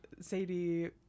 Sadie